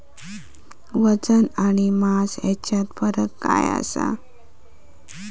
वजन आणि मास हेच्यात फरक काय आसा?